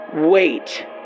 Wait